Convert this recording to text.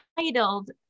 titled